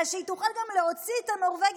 אלא שהיא תוכל גם להוציא את הנורבגים